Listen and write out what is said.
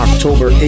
October